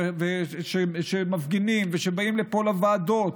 שמפגינים ושבאים לוועדות: